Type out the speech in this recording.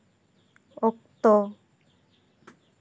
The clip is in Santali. ᱚᱠᱛᱚ